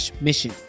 mission